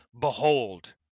Behold